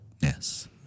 Yes